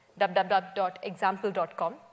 www.example.com